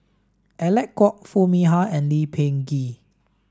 Alec Kuok Foo Mee Har and Lee Peh Gee